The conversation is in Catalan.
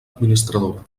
administradora